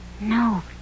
No